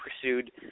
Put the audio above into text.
pursued